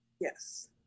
Yes